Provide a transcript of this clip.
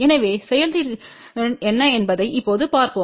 எனவே செயல்திறன் என்ன என்பதை இப்போது பார்ப்போம்